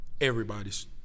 everybody's